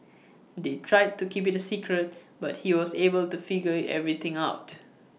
they tried to keep IT A secret but he was able to figure everything out